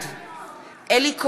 בעד אלי כהן,